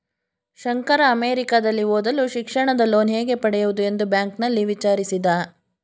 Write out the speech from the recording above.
ಶಂಕರ ಅಮೆರಿಕದಲ್ಲಿ ಓದಲು ಶಿಕ್ಷಣದ ಲೋನ್ ಹೇಗೆ ಪಡೆಯುವುದು ಎಂದು ಬ್ಯಾಂಕ್ನಲ್ಲಿ ವಿಚಾರಿಸಿದ